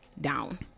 down